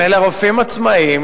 אלה רופאים עצמאים.